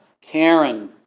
Karen